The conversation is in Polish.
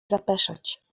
zapeszać